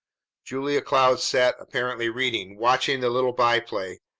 julia cloud sat apparently reading, watching the little byplay,